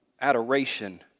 Adoration